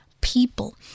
people